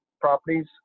properties